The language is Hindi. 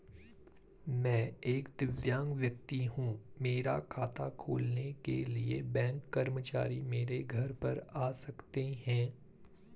मैं एक दिव्यांग व्यक्ति हूँ मेरा खाता खोलने के लिए बैंक कर्मचारी मेरे घर पर आ सकते हैं?